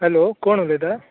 hello कोण उलयता